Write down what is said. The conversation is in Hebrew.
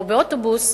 או באוטובוס,